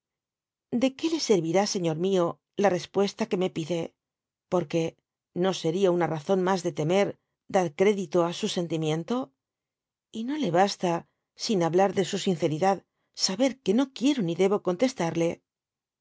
de fahnontf ub que le serrirá señor mió la respuesta que me pide porque no seria una razón mas de temer dar crédito á su sentimiento y no le basta sin hablar de su sinceridad saber que no quiero ni debo contestarle